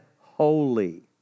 holy